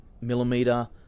millimeter